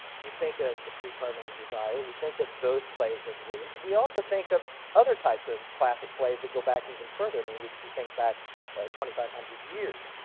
we think of a streetcar named desire. we think of those plays, as williams', and we also think of other types of classic plays that go back even further. i mean, we we think back twenty-five hundred years,